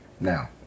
Now